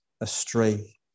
astray